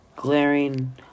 Glaring